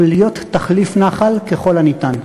הוא להיות תחליף נחל ככל שניתן,